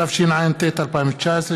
התשע"ט 2019,